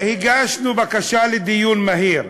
הגשנו בקשה לדיון מהיר,